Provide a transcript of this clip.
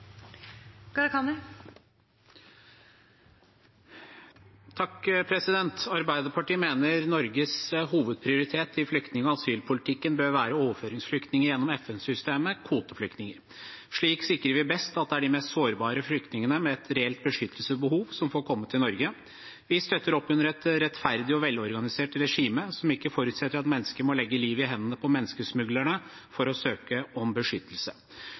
Arbeiderpartiet mener Norges hovedprioritet i flyktning- og asylpolitikken bør være overføringsflyktninger gjennom FN-systemet – kvoteflyktninger. Slik sikrer vi best at det er de mest sårbare flyktningene med et reelt beskyttelsesbehov som får komme til Norge. Vi støtter opp under et rettferdig og velorganisert regime som ikke forutsetter at mennesker må legge livet i hendene på menneskesmuglere for å søke om beskyttelse.